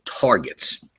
targets